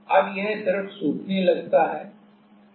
अब यह द्रव सूखने लगता है